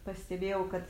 pastebėjau kad